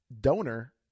donor